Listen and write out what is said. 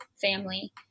family